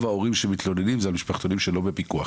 ההורים שמתלוננים זה על משפחתונים שלא בפיקוח,